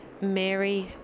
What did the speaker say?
Mary